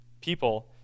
people